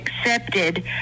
accepted